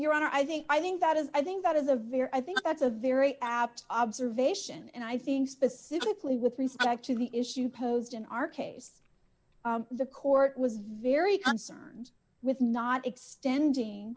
your honor i think i think that is i think that is a very i think that's a very apt observation and i think specifically with respect to the issue posed in our case the court was very concerned with not extending